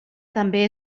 també